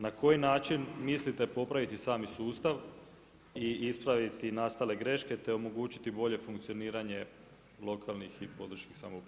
Na koji način mislite popraviti sami sustav i ispraviti nastale greške te omogućiti bolje funkcioniranje lokalnih i područnih samouprava?